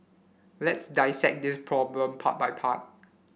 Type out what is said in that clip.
let's dissect this problem part by part